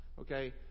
Okay